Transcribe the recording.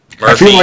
Murphy